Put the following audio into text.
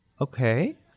Okay